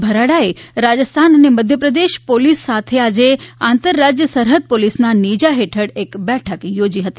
ભરાડાએ રાજસ્થાન અને મધ્યપ્રદેશ પોલીસ સાથે આજે આંતરરાજ્ય સરહદ પોલીસનાં નેજા હેઠળ એક બેઠક યોજી હતી